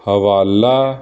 ਹਵਾਲਾ